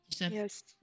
Yes